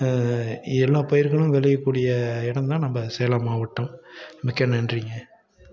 எல்லா பயிர்களும் விளையக்கூடிய எடந்தான் நம்ம சேலம் மாவட்டம் மிக்க நன்றிங்க